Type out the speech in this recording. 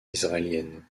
israélienne